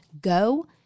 Go